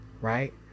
right